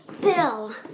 Bill